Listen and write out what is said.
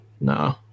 no